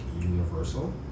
universal